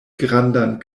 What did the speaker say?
grandan